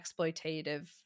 exploitative